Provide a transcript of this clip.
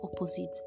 opposite